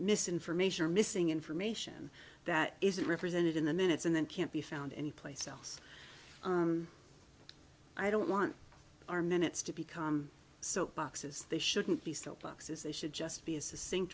misinformation or missing information that isn't represented in the minutes and then can't be found any place else i don't want our minutes to become soap boxes they shouldn't be still boxes they should just be a si